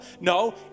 No